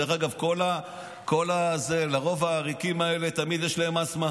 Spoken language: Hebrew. דרך אגב, לרוב, לעריקים האלה יש אסתמה.